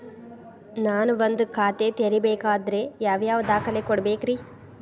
ನಾನ ಒಂದ್ ಖಾತೆ ತೆರಿಬೇಕಾದ್ರೆ ಯಾವ್ಯಾವ ದಾಖಲೆ ಕೊಡ್ಬೇಕ್ರಿ?